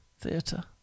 Theatre